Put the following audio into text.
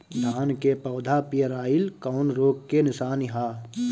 धान के पौधा पियराईल कौन रोग के निशानि ह?